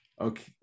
okay